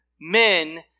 men